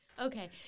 Okay